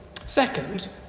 Second